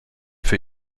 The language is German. für